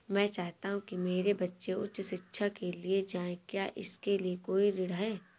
मैं चाहता हूँ कि मेरे बच्चे उच्च शिक्षा के लिए जाएं क्या इसके लिए कोई ऋण है?